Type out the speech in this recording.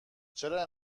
چرا